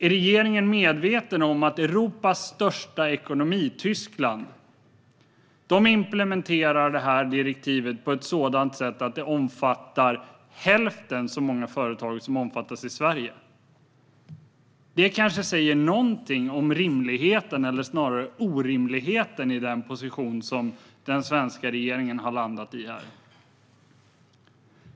Är regeringen medveten om att Europas största ekonomi - Tyskland - implementerade direktivet på ett sådant sätt att det omfattar hälften så många företag som omfattas i Sverige? Det säger något om rimligheten eller snarare orimligheten i den position som den svenska regeringen har landat i.